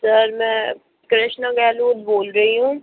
sir में कृष्णा गहलोत बोल रही हूँ